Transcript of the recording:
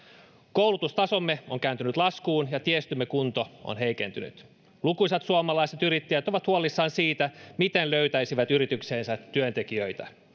koulutustasomme on kääntynyt laskuun ja tiestömme kunto on heikentynyt lukuisat suomalaiset yrittäjät ovat huolissaan siitä miten löytäisivät yritykseensä työntekijöitä